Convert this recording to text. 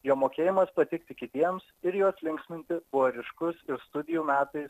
jo mokėjimas patikti kitiems ir juos linksminti buvo ryškus ir studijų metais